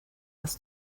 aus